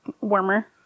warmer